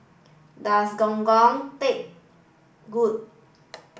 does Gong Gong taste good